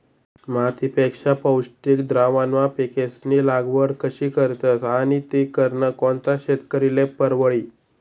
मातीपेक्षा पौष्टिक द्रावणमा पिकेस्नी लागवड कशी करतस आणि ती करनं कोणता शेतकरीले परवडी?